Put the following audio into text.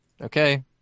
okay